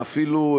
ואפילו,